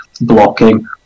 blocking